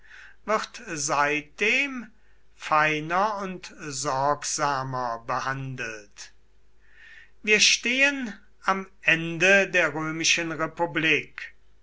wird seitdem feiner und sorgsamer behandelt wir stehen am ende der römischen republik